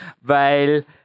weil